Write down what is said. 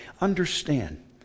understand